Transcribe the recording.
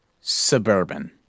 suburban